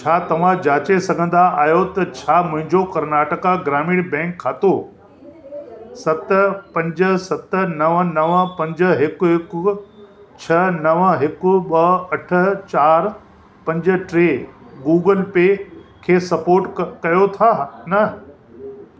छा तव्हां जाचे सघंदा आहियो त छा मुंहिंजो कर्नाटका ग्रामीण बैंक खातो सत पंज सत नव न व पंज हिकु हिकु छह नव हिकु ॿ अठ चारि पंज टे गूगल पे खे सपोट कयो था न